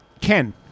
Ken